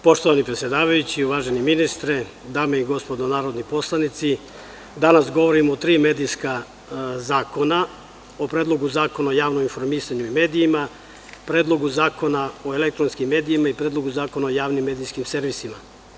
Poštovani predsedavajući, uvaženi ministre, dame i gospodo narodni poslanici, danas govorimo o tri medijska zakona o Predlogu zakona o javnom informisanju i medijima, Predlogu zakona o elektronskim medijima i Predlogu zakona o javnim medijskim servisima.